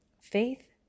Faith